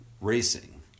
racing